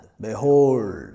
behold